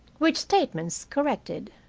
which statements, corrected,